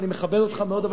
ואני מכבד אותך מאוד,